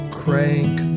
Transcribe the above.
crank